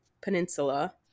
Peninsula